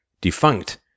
defunct